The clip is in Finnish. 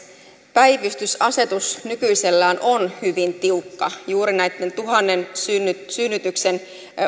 päivystysasetus nykyisellään on hyvin tiukka juuri näitten tuhannen synnytyksen synnytyksen